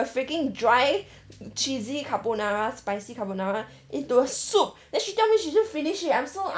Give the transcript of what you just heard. freaking dry cheesy carbonara spicy carbonara into soup then she tell me she just finish it I'm so